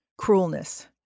cruelness